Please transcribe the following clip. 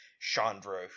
Chandra